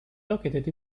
located